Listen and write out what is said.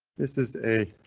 this is a